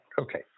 Okay